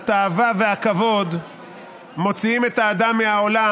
התאווה והכבוד מוציאים את האדם מהעולם